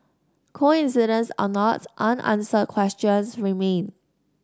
coincidence on not unanswered questions remain